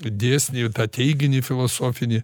dėsnį ir tą teiginį filosofinį